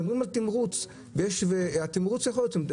מדברים על תמרוץ והתמרוץ יכול להיות,